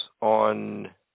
on